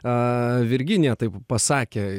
a virginija taip pasakė